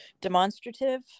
demonstrative